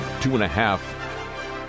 two-and-a-half